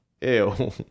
ew